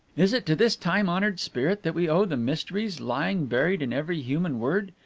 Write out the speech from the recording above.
is it to this time-honored spirit that we owe the mysteries lying buried in every human word?